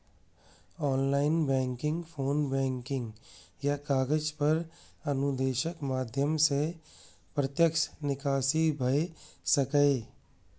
online banking, phone banking या कागज पर अनुदेशक माध्यम सं प्रत्यक्ष निकासी भए सकैए